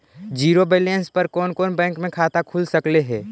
Zero balance पर कोन कोन बैंक में खाता खुल सकले हे?